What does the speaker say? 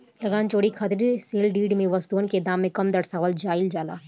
लगान चोरी खातिर सेल डीड में वस्तुअन के दाम कम दरसावल जाइल जाला